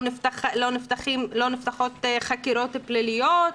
לא נפתחות חקירות פליליות.